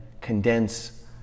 condense